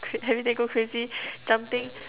everyday go crazy jumping